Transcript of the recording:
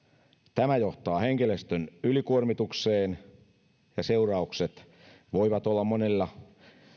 tämä johtaa henkilöstön ylikuormitukseen ja seuraukset voivat olla monella